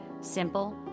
Simple